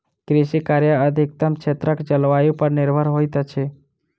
कृषि कार्य अधिकतम क्षेत्रक जलवायु पर निर्भर होइत अछि